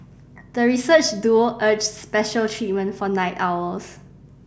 the research duo urged special treatment for night owls